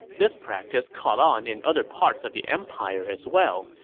this practice caught on in other parts of the empire as well,